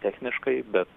techniškai bet